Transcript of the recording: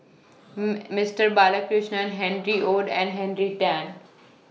Mister Balakrishnan Harry ORD and Henry Tan